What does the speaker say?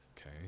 okay